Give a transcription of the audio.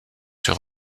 sur